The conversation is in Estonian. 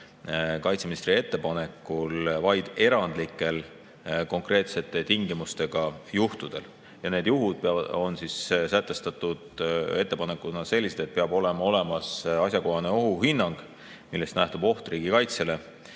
kaitseministri ettepanekul vaid erandlikel konkreetsete tingimustega juhtudel. Ja need juhud on sätestatud ettepanekuna sellised, et peab olema olemas asjakohane ohuhinnang, millest nähtub oht riigikaitsele,